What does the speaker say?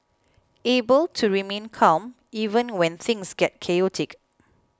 able to remain calm even when things get chaotic